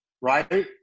Right